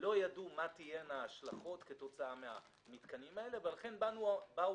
לא ידעו מה יהיו ההשלכות כתוצאה מן המתקנים האלה ולכן אמרו,